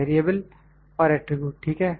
variable और attribute ठीक है